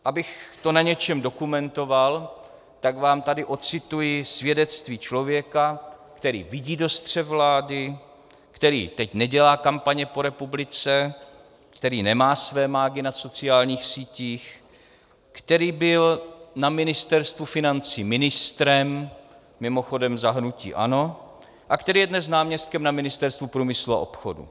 Abych to na něčem dokumentoval, tak vám tady odcituji svědectví člověka, který vidí do střev vlády, který teď nedělá kampaně po republice, který nemá své mágy na sociálních sítích, který byl na Ministerstvu financí ministrem mimochodem za hnutí ANO a který je dnes náměstkem na Ministerstvu průmyslu a obchodu.